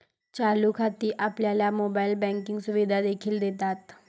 चालू खाती आपल्याला मोबाइल बँकिंग सुविधा देखील देतात